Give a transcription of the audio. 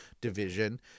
division